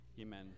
amen